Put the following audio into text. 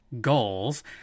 goals